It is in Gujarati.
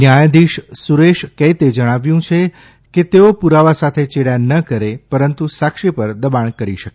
ન્યાયાધીશ સુરેશ કૈતે જણાવ્યું કે તેઓ પુરાવા સાથે ચેડાં ન કરે પરંતુ સાક્ષીઓ પર દબાણ કરી શકે